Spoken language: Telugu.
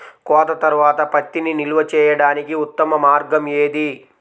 కోత తర్వాత పత్తిని నిల్వ చేయడానికి ఉత్తమ మార్గం ఏది?